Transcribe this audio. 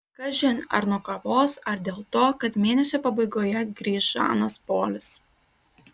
kažin ar nuo kavos ar dėl to kad mėnesio pabaigoje grįš žanas polis